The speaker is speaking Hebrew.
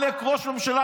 עלק ראש ממשלה,